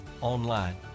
online